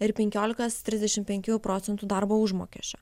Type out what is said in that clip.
ir penkiolikos trisdešimt penkių procentų darbo užmokesčio